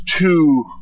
two